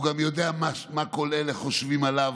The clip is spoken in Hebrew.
הוא גם יודע מה כל אלה חושבים עליו,